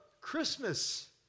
Christmas